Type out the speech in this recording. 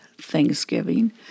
Thanksgiving